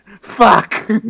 Fuck